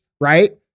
right